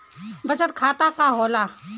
बचत खाता का होला?